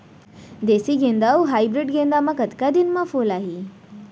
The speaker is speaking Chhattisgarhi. देसी गेंदा अऊ हाइब्रिड गेंदा म कतका दिन म फूल आही?